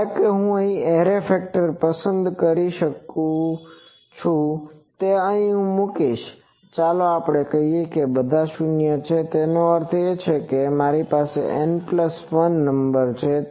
ધારો કે હું એરે ફેક્ટર પસંદ કરીશ કે હું તે મૂકીશ ચાલો આપણે કહીએ કે બધા શૂન્ય છે તેનો અર્થ એ કે મારી પાસે N1 નંબર છે